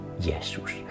Jesus